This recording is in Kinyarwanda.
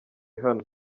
hano